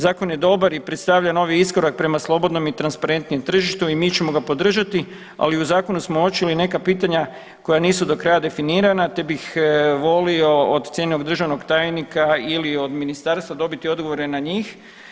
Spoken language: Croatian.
Zakon je dobar i predstavlja novi iskorak prema slobodnom i transparentnijem tržištu i mi ćemo ga podržati, ali u zakonu smo uočili neka pitanja koja nisu do kraja definirana te bih volio od cijenjenog državnog tajnika ili od ministarstva dobiti odgovore na njih.